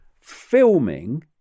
filming